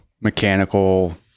mechanical